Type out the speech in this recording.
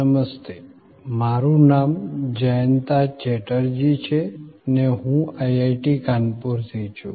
નમસ્તે મારૂ નામ જયંતા ચેટર્જી છે ને હું IIT કાનપુર થી છું